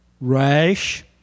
rash